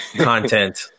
content